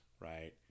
right